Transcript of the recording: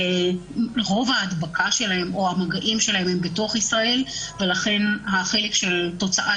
רוב ההדבקה שלהם או המגעים שלהם הם בתוך ישראל ולכן החלק של תוצאת